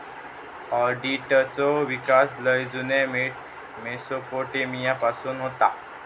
ऑडिटचो विकास लय जुन्या मेसोपोटेमिया पासून होता